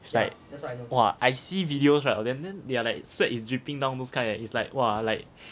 it's like !wah! I see videos right of them then like sweat is dripping down those kind eh it's like !wah! like